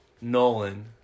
Nolan